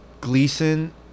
Gleason